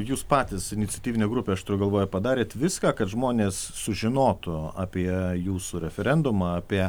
jūs patys iniciatyvinė grupė aš turiu galvoje padarėt viską kad žmonės sužinotų apie jūsų referendumą apie